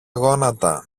γόνατα